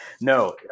No